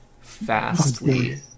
Fastly